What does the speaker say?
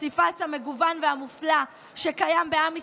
הפסיפס המגוון והמופלא שקיים בעם ישראל,